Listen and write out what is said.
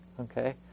okay